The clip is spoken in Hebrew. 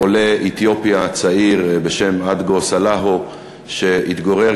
עולה אתיופי צעיר בשם אדגו סלהו התגורר